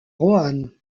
roanne